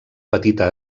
petita